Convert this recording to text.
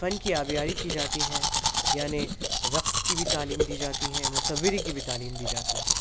فن کی آباری کی جاتی ہے یعنی رقص کی بھی تعلیم دی جاتی ہیں مصوری کی بھی تعلیم دی جاتی ہیں